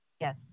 Yes